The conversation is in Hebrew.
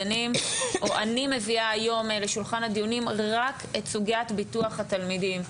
אני מביאה היום לשולחן הדיונים רק את סוגיית ביטוח התלמידים.